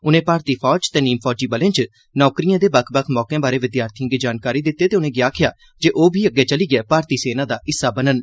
उने भारती फौज ते नीम फौजी बलें च नौकरी दे बक्ख बक्ख मौकें बारै विद्यार्थिएं गी जानकारी दित्ती ते उनें'गी आखेआ जे ओह् बी अग्गे चलियै भारती सेना दा हिस्सा बनन